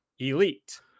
Elite